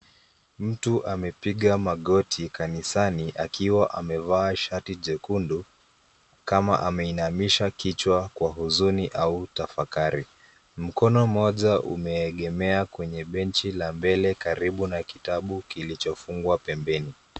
Mtu amepiga magoti kanisani, akiwa amevaa shati jekundukama ameinamisha kichwa kwa huzuni au tafakari. Mkono mmoja umeegemea kwenye benchi ya mbele, karibu na kitabu kilichofungwa pembeni.